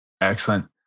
Excellent